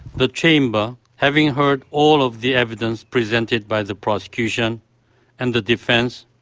the chamber, having heard all of the evidence presented by the prosecution and the defence,